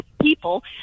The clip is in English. people